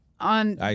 On